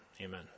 Amen